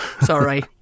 Sorry